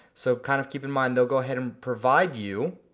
so kind of keep in mind they'll go ahead and provide you,